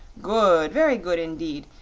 good! very good indeed!